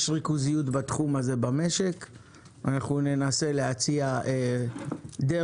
יש ריכוזיות בתחום הזה במשק ואנחנו ננסה להציע דרך